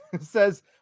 says